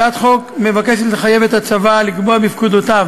הצעת החוק מבקשת לחייב את הצבא לקבוע בפקודותיו